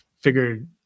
figured